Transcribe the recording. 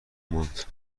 ماند